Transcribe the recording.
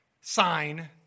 sign